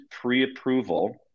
pre-approval